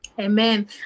Amen